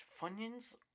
Funyuns